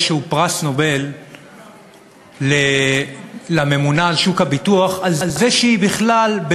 פרס נובל לממונה על שוק הביטוח על זה שהיא בכלל,